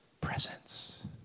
Presence